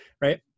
right